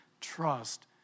trust